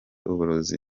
uburozi